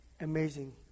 amazing